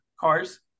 cars